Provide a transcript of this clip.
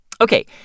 Okay